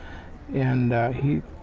and he,